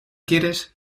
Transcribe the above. quieres